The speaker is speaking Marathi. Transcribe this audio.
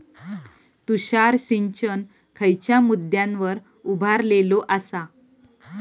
तुषार सिंचन खयच्या मुद्द्यांवर उभारलेलो आसा?